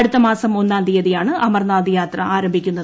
അടുത്തമാസം ഒന്നാം തീയതിയാണ് അമർനാഥ് യാത്ര ആരംഭിക്കുന്നത്